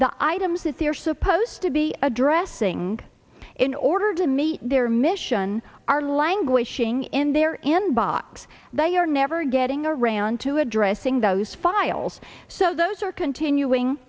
the items that they're supposed to be addressing in order to meet their mission are languishing in there and box they are never getting around to addressing those files so those are continuing